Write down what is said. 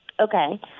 Okay